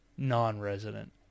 non-resident